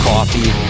Coffee